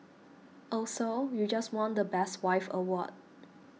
also you just won the best wife award